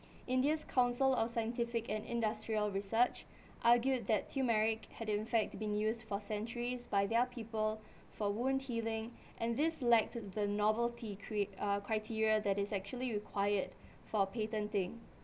indian council of scientific and industrial research argued that turmeric had in fact been use for centuries by their people for wound healing and this lead to the novelty cre~ uh criteria that is actually required for patenting